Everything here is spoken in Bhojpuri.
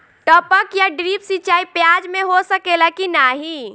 टपक या ड्रिप सिंचाई प्याज में हो सकेला की नाही?